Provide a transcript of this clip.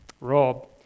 Rob